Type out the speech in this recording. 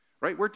right